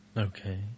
Okay